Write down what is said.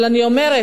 אבל אני אומרת